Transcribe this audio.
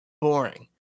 boring